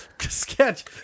sketch